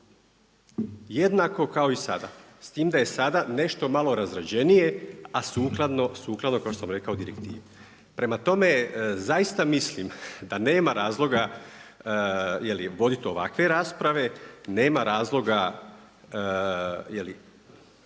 jednako kao i sada. S time da je sada nešto malo razrađenije a sukladno, sukladno kao što sam rekao direktivi. Prema tome, zaista mislim da nema razloga voditi ovakve rasprave, nema razloga,